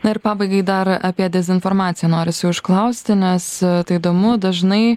na ir pabaigai dar apie dezinformaciją norisi užklausti nes tai įdomu dažnai